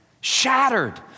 shattered